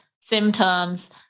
symptoms